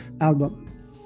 album